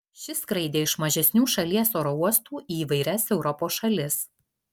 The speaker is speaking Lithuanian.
ši skraidė iš mažesnių šalies oro uostų į įvairias europos šalis